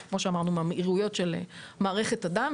כמו שאמרנו ממאירויות של מערכת הדם,